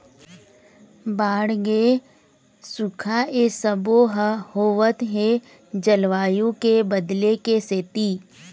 बाड़गे, सुखा ए सबो ह होवत हे जलवायु के बदले के सेती